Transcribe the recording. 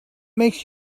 makes